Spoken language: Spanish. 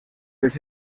los